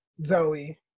Zoe